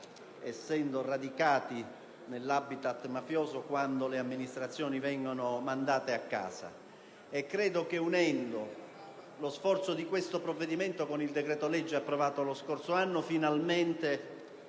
essendo radicati nell'*habitat* mafioso, quando le amministrazioni vengono sciolte. Credo che, unendo lo sforzo di questo provvedimento con quello compiuto con il decreto-legge approvato lo scorso anno, finalmente